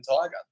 tiger